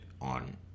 on